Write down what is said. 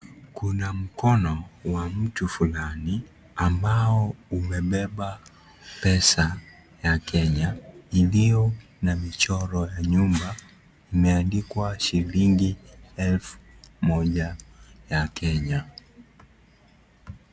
Kuna mkono wa mtu fulani, ambao umebeba pesa ya Kenya iliyo na michoro ya nyumba imeandikwa shilingi elfu moja ya Kenya.